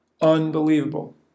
Unbelievable